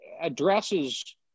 addresses